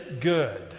good